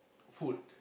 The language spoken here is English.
food